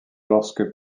lorsque